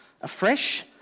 afresh